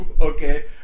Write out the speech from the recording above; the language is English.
Okay